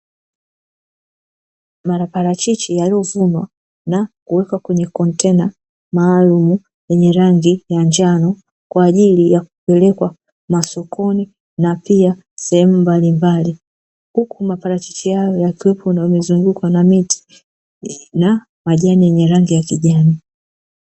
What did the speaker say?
Maparachichi yaliyovunwa na kuweka kwenye contena maalumu lenye rangi ya njano, kwa ajili ya kupelekwa masokoni na pia sehemu mbalimbali huku maparachichi hao yakiwepo na yamezungukwa na miti na majani yenye rangi ya kijani.